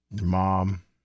Mom